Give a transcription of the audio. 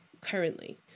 currently